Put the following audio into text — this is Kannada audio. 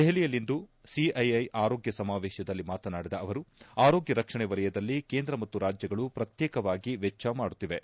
ದೆಹಲಿಯಲ್ಲಿಂದು ಸಿಐಐ ಆರೋಗ್ಯ ಸಮಾವೇಶದಲ್ಲಿ ಮಾತನಾಡಿದ ಅವರು ಆರೋಗ್ಯ ರಕ್ಷಣೆ ವಲಯದಲ್ಲಿ ಕೇಂದ್ರ ಮತ್ತು ರಾಜ್ಯಗಳು ಪ್ರತ್ತೇಕವಾಗಿ ವೆಚ್ಚ ಮಾಡುತ್ತಿವೆ